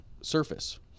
surface